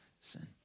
sin